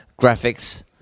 graphics